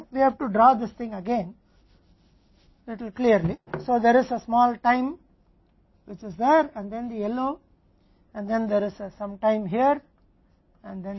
तो एक छोटा सा समय है जो वहाँ है और फिर पीला है और फिर यहाँ कुछ समय है और फिर नीला और फिर यहाँ कुछ और समय है और फिर सफेद है